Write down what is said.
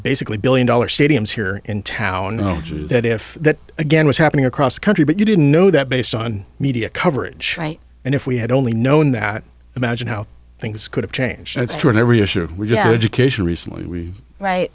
basically billion dollar stadiums here in town you know that if that again was happening across the country but you didn't know that based on media coverage right and if we had only known that imagine how things could have changed